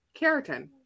keratin